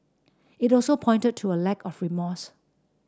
it also pointed to a lack of remorse